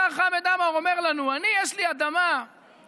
השר חמד עמאר אומר לנו: יש לי אדמה מדורי-דורות,